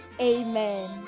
Amen